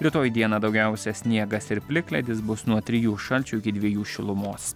rytoj dieną daugiausia sniegas ir plikledis bus nuo trijų šalčio iki dviejų šilumos